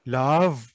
love